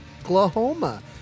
Oklahoma